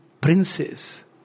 princes